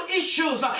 issues